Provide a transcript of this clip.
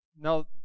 Now